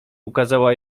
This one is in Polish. ukazała